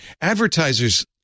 Advertisers